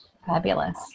Fabulous